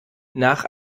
nach